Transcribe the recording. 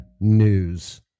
news